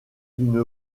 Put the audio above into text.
d’une